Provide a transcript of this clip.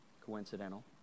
Coincidental